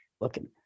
looking